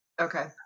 okay